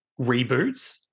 Reboots